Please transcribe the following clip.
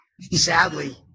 sadly